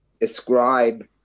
ascribe